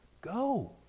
Go